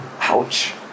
Ouch